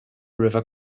river